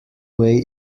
way